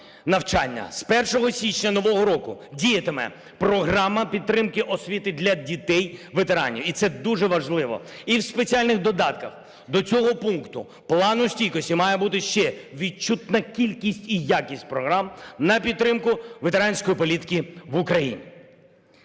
навчання. З 1 січня нового року діятиме програма підтримки освіти для дітей ветеранів, і це дуже важливо. І в спеціальних додатках до цього пункту Плану стійкості має бути ще відчутна кількість і якість програм на підтримку ветеранської політики в Україні.